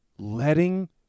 Letting